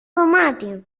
δωμάτιο